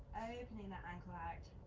opening that ankle out,